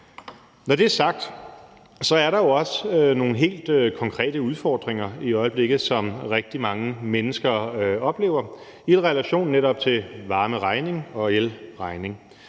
Når det er sagt, er der jo også nogle helt konkrete udfordringer i øjeblikket, som rigtig mange mennesker oplever i relation til netop varmeregningen og elregningen.